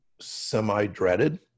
semi-dreaded